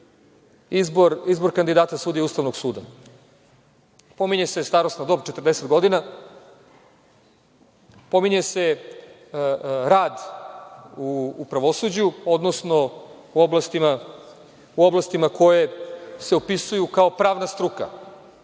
zbog kandidata sudije Ustavnog suda. Pominje se starosna dob 40 godina, pominje se rad u pravosuđu, odnosno u oblastima koje se opisuju kao pravna struka,